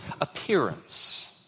appearance